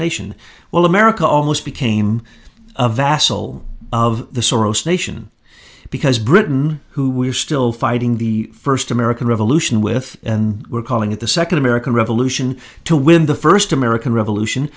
nation well america almost became a vassal of the soros nation because britain who we're still fighting the first american revolution with were calling it the second american revolution to win the first american revolution